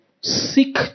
seek